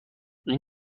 این